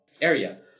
area